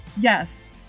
yes